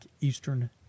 Eastern